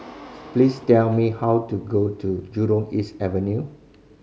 please tell me how to go to Jurong East Avenue